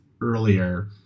earlier